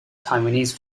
taiwanese